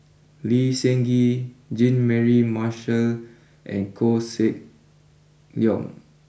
Lee Seng Gee Jean Mary Marshall and Koh Seng Leong